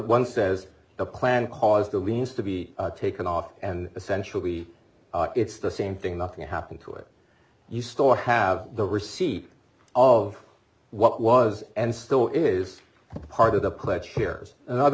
one says the plan was the means to be taken off and essential we it's the same thing nothing happened to it you still have the receipt of what was and still is part of the pledge shares in other